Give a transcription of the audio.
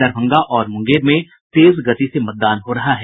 दरभंगा और मुंगेर में तेज गति से मतदान हो रहा है